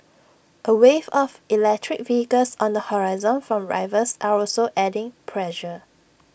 A wave of electric vehicles on the horizon from rivals are also adding pressure